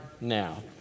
now